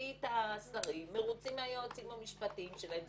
שמרבית השרים מרוצים מהיועצים המשפטיים שלהם.